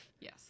Yes